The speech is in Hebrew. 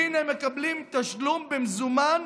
והינה הם מקבלים תשלום במזומן,